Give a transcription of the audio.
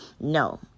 No